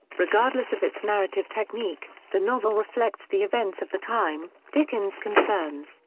regardless of its narrative technique, the novel reflects the events of the time, dickens' concerns,